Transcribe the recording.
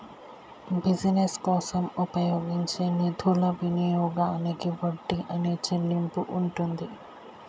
business కోసం ఉపయోగించే నిధుల వినియోగానికి వడ్డీ అనే చెల్లింపు ఉంటుంది